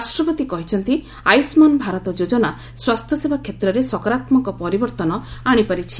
ରାଷ୍ଟ୍ରପତି କହିଛନ୍ତି ଆୟୁଷ୍ମାନ୍ ଭାରତ ଯୋଜନା ସ୍ୱାସ୍ଥ୍ୟସେବା କ୍ଷେତ୍ରରେ ସକାରାତ୍ମକ ପରିବର୍ତ୍ତନ ଆଣିପାରିଛି